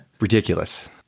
ridiculous